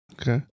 Okay